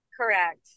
Correct